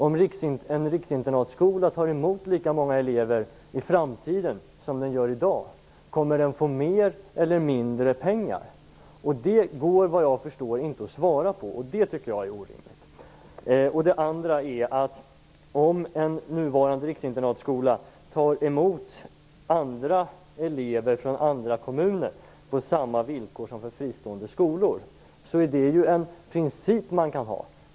Om en riksinternatskola i framtiden tar emot lika många elever som den gör i dag, kommer den då att få mer eller mindre pengar? Såvitt jag förstår går det inte att svara på den frågan. Det tycker jag är orimligt. Det andra är att om en nuvarande riksinternatskola tar emot andra elever från andra kommuner på samma villkor som gäller för fristående skolor är ju detta en princip som man kan tillämpa.